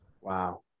wow